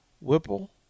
Whipple